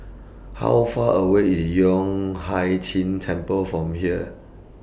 How Far away IS Yueh Hai Ching Temple from here